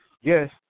yes